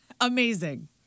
Amazing